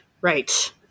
Right